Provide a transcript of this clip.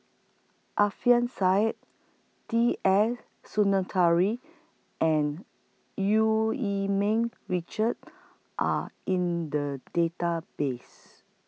Alfian Sa'at T S Sinnathuray and EU Yee Ming Richard Are in The Database